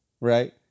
right